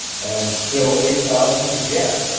and still eight thousand to get,